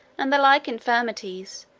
and the like infirmities,